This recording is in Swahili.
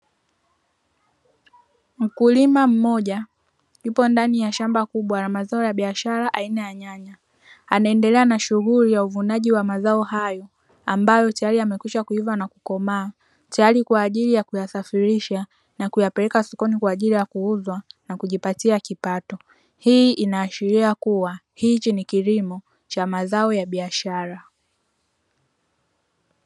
Mkulima mmoja yupo ndani ya shamba kubwa mazao ya biashara aina ya nyanya anaendelea na shughuli za uvunaji wa mazao hayo, ambayo tayari yamekwisha kuiva na kukomaa tayari kwa ajili ya kuyasafirisha na kuyapeleka sokoni, kwa ajili kuuzwa na kujipatia kipato hii ina ashiria kuwa hichi ni kilimo cha mazao ya biashara.